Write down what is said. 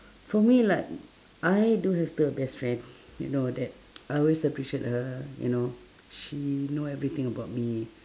for me like I do have the best friend you know that I always appreciate her you know she know everything about me